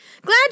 glad